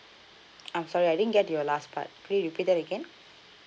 I'm sorry I didn't get your last part could you repeat that again